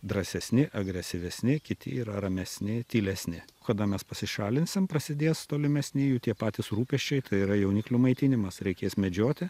drąsesni agresyvesni kiti yra ramesni tylesni kada mes pasišalinsim prasidės tolimesni jų tie patys rūpesčiai tai yra jauniklių maitinimas reikės medžioti